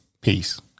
Peace